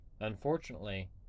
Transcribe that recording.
unfortunately